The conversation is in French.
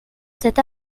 cet